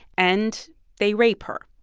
and they rape her.